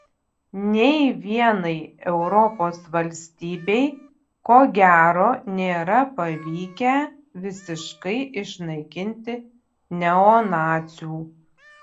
nė vienai europos valstybei ko gero nėra pavykę visiškai išnaikinti neonacių